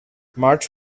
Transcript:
march